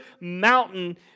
mountain